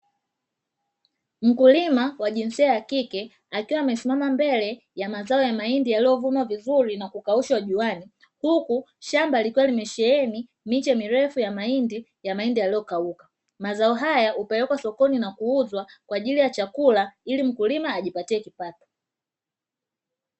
Mkulima wa jinsia ya kike akiwa amesimama mbele ya mazao ya mahindi yaliyovunwa vizuri na kukaushwa juani, huku shamba likiwa limesheheni miche mirefu ya mahindi yaliyokauka, mazao haya huwekwa sokoni na kuuzwa kwa ajili ya chakula ili mkulima ajipatie kipato.